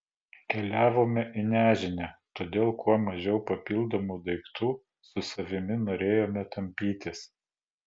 keliavome į nežinią todėl kuo mažiau papildomų daiktų su savimi norėjome tampytis